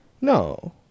no